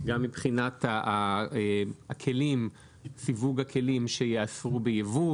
גם מבחינת סיווג הכלים שייאסרו בייבוא.